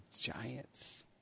Giants